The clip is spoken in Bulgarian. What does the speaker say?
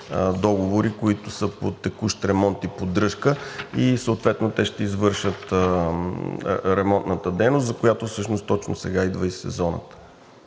които са по текущ ремонт и поддръжка и съответно те ще извършат ремонтната дейност, за която всъщност точно сега идва и сезонът,